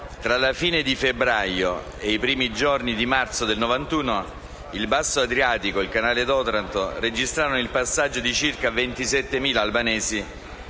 Tra la fine di febbraio e i primi giorni di marzo del 1991 il Basso Adriatico e il canale d'Otranto registrarono il passaggio di circa 27.000 albanesi